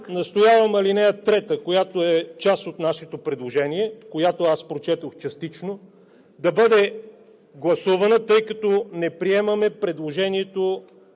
настоявам ал. 3, която е част от нашето предложение, която аз прочетох частично, да бъде гласувана, тъй като не приемаме предложението